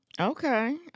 Okay